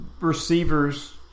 receivers –